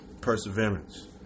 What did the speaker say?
perseverance